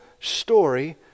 story